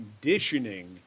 conditioning